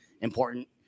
important